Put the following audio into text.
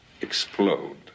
explode